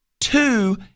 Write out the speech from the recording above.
two